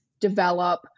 develop